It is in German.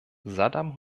saddam